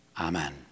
Amen